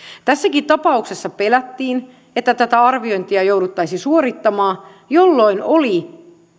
tässäkin tapauksessa pelättiin että tätä arviointia jouduttaisiin suorittamaan jolloin oli